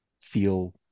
feel